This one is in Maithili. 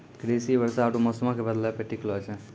कृषि वर्षा आरु मौसमो के बदलै पे टिकलो छै